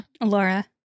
Laura